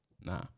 nah